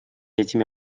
этими